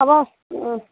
হ'ব